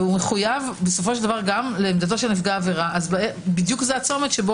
והוא מחויב גם לעמדת נפגע העבירה - זה הצומת.